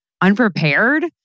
unprepared